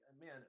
man